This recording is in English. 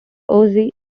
ozzie